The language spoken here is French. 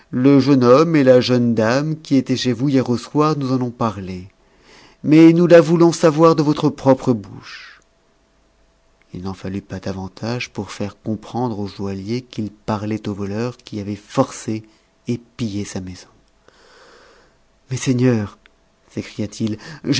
le jeune homme et la jeune dame qui étaient chez vous hier au soir nous en ont parlé mais nous la voulons savoir de votre propre bouche il n'en fallut pas davantage pour faire comprendre au joaillier qu'il parlait aux voleurs qui avaient forcé et pillé sa maison mes seigneurs